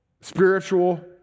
spiritual